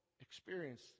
experience